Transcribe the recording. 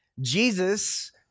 Jesus